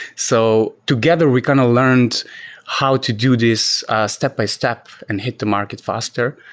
so together we kind of learned how to do this step-by-step and hit the market faster,